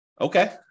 Okay